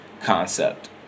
concept